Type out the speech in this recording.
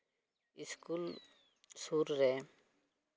school ᱥᱩᱨ ᱨᱮ